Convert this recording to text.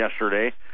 yesterday